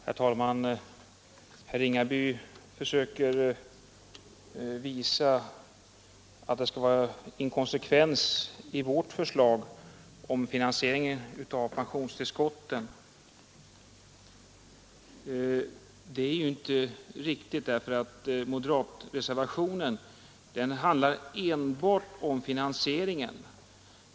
Herr talman! Herr Ringaby försöker visa att det skulle vara inkonsekvens i vårt förslag om finansiering av pensionstillskotten. Det är inte riktigt, därför att moderatreservationen handlar enbart om finansieringen.